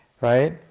right